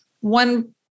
one